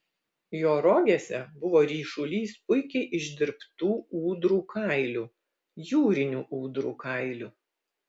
jo rogėse buvo ryšulys puikiai išdirbtų ūdrų kailių jūrinių ūdrų kailių